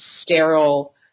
sterile